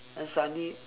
then suddenly